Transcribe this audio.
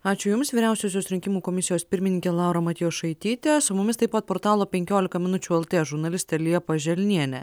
ačiū jums vyriausiosios rinkimų komisijos pirmininkė laura matjošaitytė su mumis taip pat portalo penkiolika minučių lt žurnalistė liepa želnienė